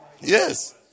Yes